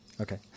Okay